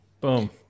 boom